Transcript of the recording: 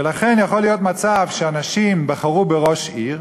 ולכן יכול להיות מצב שאנשים בחרו בראש עיר,